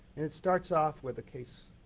and it starts off with a case